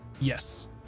Yes